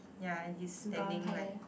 ya and he's standing like